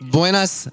Buenas